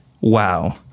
Wow